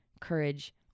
courage